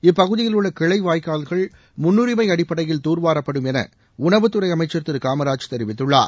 இப்பகுதியில் உள்ள கிளை வாய்க்கால்கள் முன்னுரிமை அடிப்படையில் தூர்வாரப்படும் என உணவுத்துறை அமைச்சர் திரு காமராஜ் தெரிவித்துள்ளார்